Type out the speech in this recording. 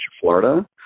Florida